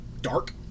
dark